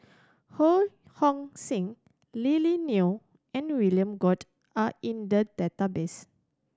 Ho Hong Sing Lily Neo and William Goode are in the database